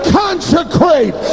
consecrate